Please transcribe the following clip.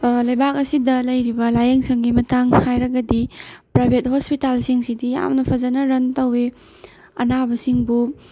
ꯂꯩꯕꯥꯛ ꯑꯁꯤꯗ ꯂꯩꯔꯤꯕ ꯂꯥꯏꯌꯦꯡꯁꯪꯒꯤ ꯃꯇꯥꯡ ꯍꯥꯏꯔꯒꯗꯤ ꯄ꯭ꯔꯥꯏꯚꯦꯠ ꯍꯣꯁꯄꯤꯇꯦꯜꯁꯤꯡꯁꯤꯗꯤ ꯌꯥꯝꯅ ꯐꯖꯅ ꯔꯟ ꯇꯧꯋꯦ ꯑꯅꯥꯕꯁꯤꯡꯕꯨ